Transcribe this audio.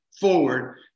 forward